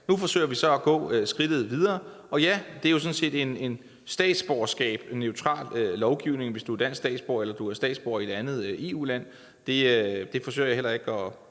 Nu forsøger vi så at gå skridtet videre. Og ja, det er sådan set en statsborgerskabsneutral lovgivning. Den er uafhængig af, om du er dansk statsborger eller du er statsborger i et andet EU-land. Det forsøger jeg heller ikke at